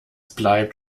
bleibt